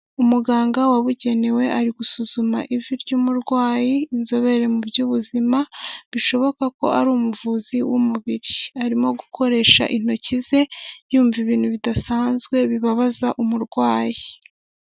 Umuganga wabugenewe ari gusuzuma ivi ry'umurwayi inzobere mu by'ubuzima bishoboka ko ari umuvuzi w'umubiri arimo gukoresha intoki ze yumva ibintu bidasanzwe bibabaza umurwayi.